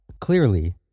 Clearly